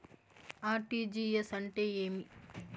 RTGS అంటే ఏమి?